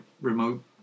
remote